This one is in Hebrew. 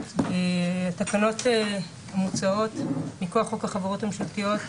התקנות מוצעות מכוח חוק החברות הממשלתיות,